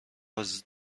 حاضر